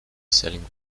selling